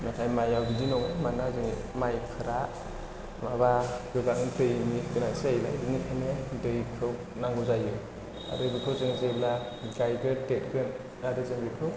नाथाय माइयाव बिद्बि नङा मानोना जोंनि माइफोरा माबा गोबां दैनि गोनांथि जायोलाय बिनिखायनो दैखौ नांगौ जायो आरो बेखौ जोङो जेब्ला गायगोन देरगोन आरो जों बेखौ